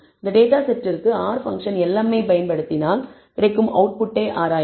இந்த டேட்டா செட்டிற்கு R function lm ஐப் பயன்படுத்தினால் கிடைக்கும் அவுட்புட்டை ஆராய்வோம்